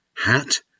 hat